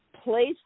place